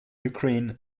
ukraine